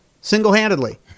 single-handedly